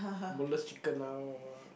boneless chicken lah what what what